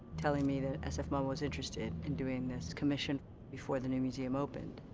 telling me that sfmoma was interested in doing this commission before the new museum opened.